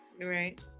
right